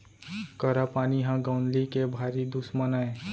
करा पानी ह गौंदली के भारी दुस्मन अय